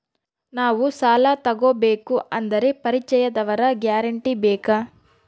ನಾವು ಸಾಲ ತೋಗಬೇಕು ಅಂದರೆ ಪರಿಚಯದವರ ಗ್ಯಾರಂಟಿ ಬೇಕಾ?